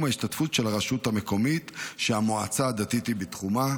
ההשתתפות של הרשות המקומית שהמועצה הדתית היא בתחומה.